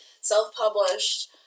self-published